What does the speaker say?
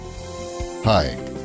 Hi